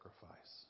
sacrifice